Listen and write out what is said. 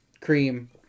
cream